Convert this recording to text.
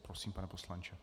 Prosím, pane poslanče.